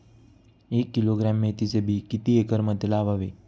एक किलोग्रॅम मेथीचे बी किती एकरमध्ये लावावे?